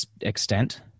extent